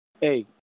Hey